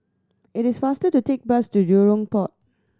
it is faster to take bus to Jurong Port